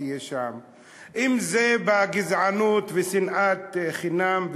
אם זה גזענות ושנאת חינם,